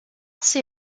see